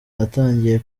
atangiye